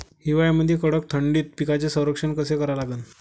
हिवाळ्यामंदी कडक थंडीत पिकाचे संरक्षण कसे करा लागन?